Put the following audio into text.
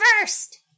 first